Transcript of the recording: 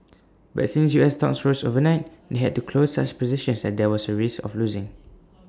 but since U S stocks rose overnight they had to close such positions as there was A risk of losing